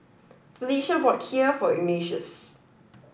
Felicia bought Kheer for Ignatius